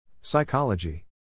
Psychology